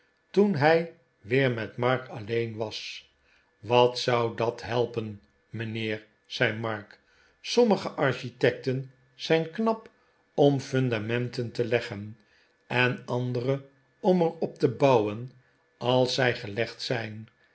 toen hij weer met mark alleen was t wat zou dat helpen mijnheer zei mark t sommige architecten zijn knap om fundamenten te leggen en andere om er op te bouwen als zij gelegd zijn